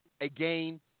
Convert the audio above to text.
Again